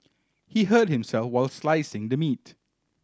he hurt himself while slicing the meat